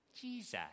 Jesus